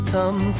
Come